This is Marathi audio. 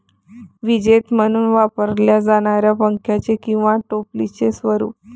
विजेते म्हणून वापरल्या जाणाऱ्या पंख्याचे किंवा टोपलीचे स्वरूप